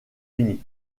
unis